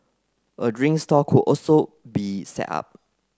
a drink stall could also be set up